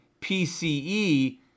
PCE